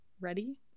ready